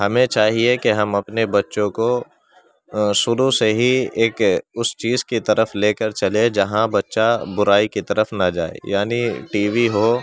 ہمیں چاہیے کہ ہم اپنے بچوں کو شروع سے ہی ایک اس چیز کی طرف لے کر چلیں جہاں بچہ برائی کی طرف نہ جائے یعنی ٹی وی ہو